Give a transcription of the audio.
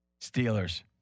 Steelers